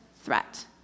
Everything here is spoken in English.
threat